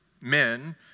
men